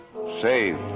Save